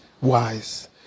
wise